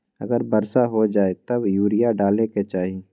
अगर वर्षा हो जाए तब यूरिया डाले के चाहि?